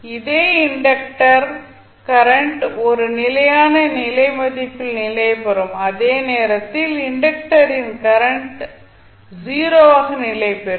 அதே inductor current ஒரு நிலையான நிலை மதிப்பில் நிலைபெறும் அதே நேரத்தில் இண்டக்டரின் கரண்ட் 0 ஆக நிலைபெறும்